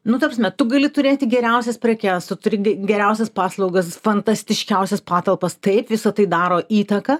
nu ta prasme tu gali turėti geriausias prekes tu turi geriausias paslaugas fantastiškiausias patalpas taip visa tai daro įtaką